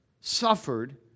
suffered